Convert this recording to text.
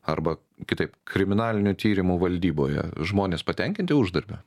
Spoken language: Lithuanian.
arba kitaip kriminalinių tyrimų valdyboje žmonės patenkinti uždarbiu